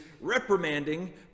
reprimanding